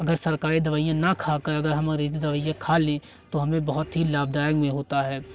अगर सरकारी दवाइयाँ ना खाकर अगर हमारी दवाइयाँ खाली तो हमें बहुत ही लाभदायक में होता है